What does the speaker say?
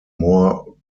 more